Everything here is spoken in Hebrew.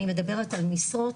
אני מדברת על משרות,